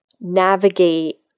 navigate